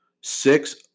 six